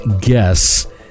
guess